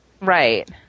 Right